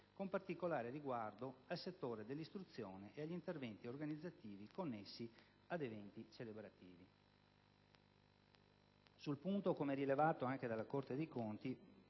con particolare riguardo al settore dell'istruzione e agli interventi organizzativi connessi ad eventi celebrativi. Sul punto, come rilevato anche dalla Corte dei conti,